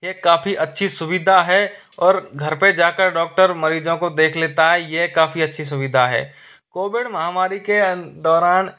एक काफ़ी अच्छी सुविधा है और घर पर जाकर डॉक्टर मरीजों को देख लेता है ये काफ़ी अच्छी सुविधा है कोविड महामारी के दौरान